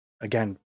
again